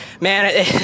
man